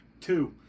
Two